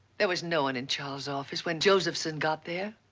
there was no one in charles' office when josephson got there,